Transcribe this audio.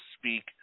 speak